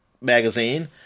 magazine